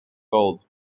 old